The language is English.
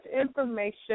information